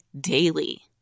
daily